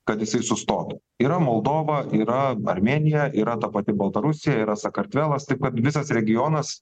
kad jisai sustotų yra moldova yra armėnija yra ta pati baltarusija yra sakartvelas taip pat visas regionas